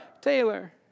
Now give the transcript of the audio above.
Taylor